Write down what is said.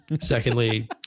secondly